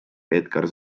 edgar